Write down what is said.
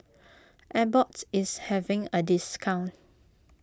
Abbott is having a discount